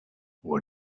what